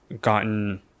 gotten